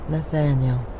Nathaniel